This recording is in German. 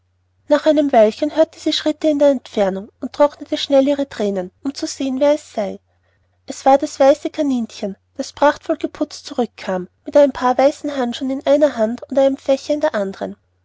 nach einem weilchen hörte sie schritte in der entfernung und trocknete schnell ihre thränen um zu sehen wer es sei es war das weiße kaninchen das prachtvoll geputzt zurückkam mit einem paar weißen handschuhen in einer hand und einen fächer in der andern